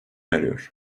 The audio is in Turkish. eriyor